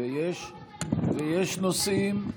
ויש נושאים,